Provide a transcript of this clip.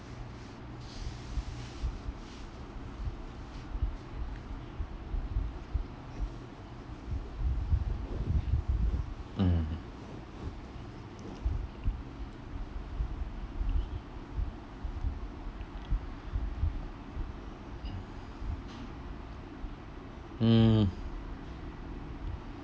mm hmm